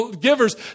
givers